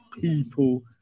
people